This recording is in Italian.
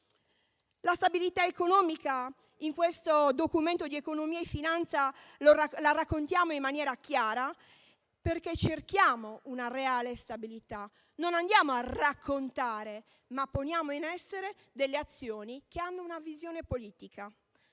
La stabilità economica in questo Documento di economia e finanza è raccontata in maniera chiara, perché cerchiamo una reale stabilità. Non andiamo a raccontare, ma poniamo in essere azioni che hanno una visione politica,